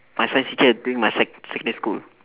my science teacher during my sec secondary school